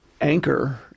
anchor